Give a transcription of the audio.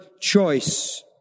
choice